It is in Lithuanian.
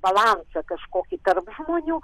balansą kažkokį tarp žmonių